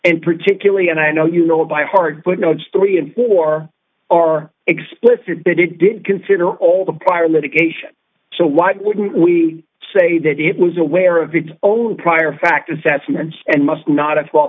and particularly and i know you know by hard footnotes three and four are explicit but it did consider all the prior litigation so why wouldn't we say that it was aware of its own prior fact assessments and must not